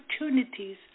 opportunities